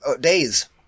days